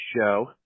show